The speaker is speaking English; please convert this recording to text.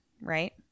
right